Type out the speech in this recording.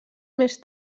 més